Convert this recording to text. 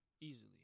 Easily